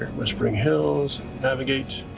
whispering hills. navigate.